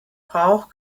brauch